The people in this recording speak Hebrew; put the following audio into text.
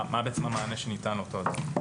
מה המענה שניתן לאותו אדם?